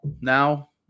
now